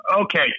Okay